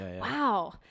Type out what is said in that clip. wow